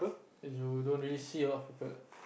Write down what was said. and you don't really see a lot of people